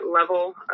level